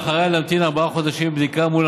ואחריה להמתין ארבעה חודשים לבדיקה מול